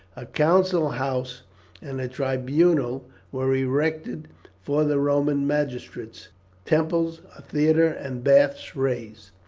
a council house and a tribunal were erected for the roman magistrates temples, a theatre, and baths raised.